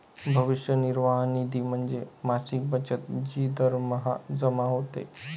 भविष्य निर्वाह निधी म्हणजे मासिक बचत जी दरमहा जमा होते